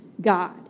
God